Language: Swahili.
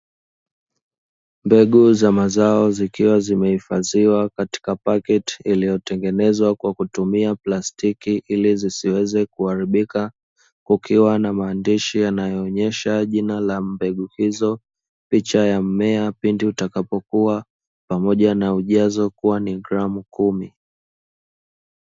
Mbegu za mazao zikiwa zimehifadhiwa katika pakti iliyotengenezwa kwa kutumia plastiki ili zisiweze kuharibika, kukiwa na mandishi yanayoonyesha jina la mbegu hizo, picha ya mmea pindi utakapoweza kukua pamoja na ujazo kuwa ni gramu kumi.